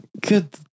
Good